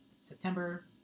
September